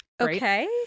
Okay